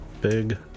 Big